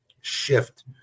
shift